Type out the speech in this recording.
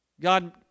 God